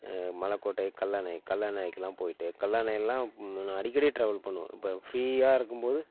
மலைக்கோட்டை கல்லணை கல்லணைக்கெல்லாம் போயிவிட்டு கல்லணை எல்லாம் நான் அடிக்கடி ட்ராவல் பண்ணுவேன் இப்போ ஃபிரீயாக இருக்கும்போது